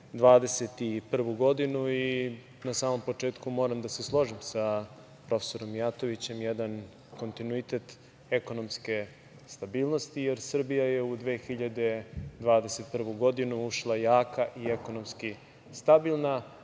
2021. godinu i na samom početku moram da se složim sa profesorom Mijatovićem - jedan kontinuitet ekonomske stabilnosti, jer Srbija je i 2021. godinu ušla jaka i ekonomski stabilna